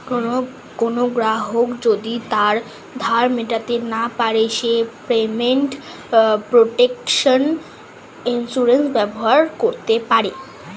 কোনো গ্রাহক যদি তার ধার মেটাতে না পারে সে পেমেন্ট প্রটেকশন ইন্সুরেন্স ব্যবহার করতে পারে